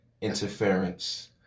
interference